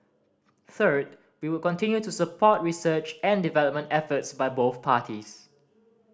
third we will continue to support research and development efforts by both parties